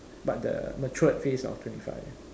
but the matured face of twenty five